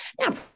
Now